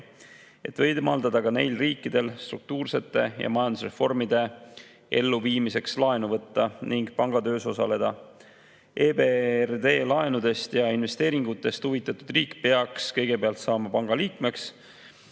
et võimaldada ka neil riikidel struktuursete ja majandusreformide elluviimiseks laenu võtta ning panga töös osaleda. EBRD laenudest ja investeeringutest huvitatud riik peaks kõigepealt saama panga liikmeks.